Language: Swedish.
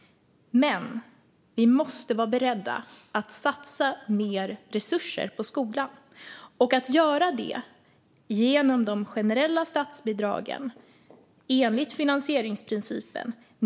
Men vi måste vara beredda att satsa mer resurser på skolan och att göra det genom de generella statsbidragen, enligt finansieringsprincipen.